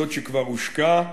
זאת שכבר הושקה.